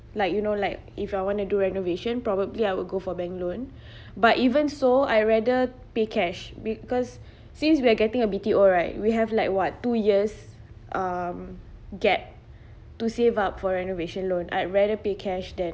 like you know like if I want to do renovation probably I will go for bank loan but even so I rather pay cash because since we're getting a B_T_O right we have like what two years um gap to save up for renovation loan I'd rather pay cash than